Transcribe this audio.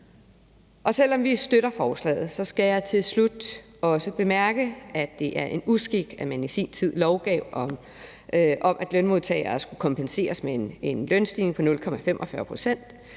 Selv om vi støtter forslaget, skal jeg til slut også bemærke, at det er en uskik, at man i sin tid lovgav om, at lønmodtagere skulle kompenseres med en lønstigning på 0,45 pct.